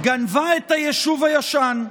גנבה את היישוב הישן.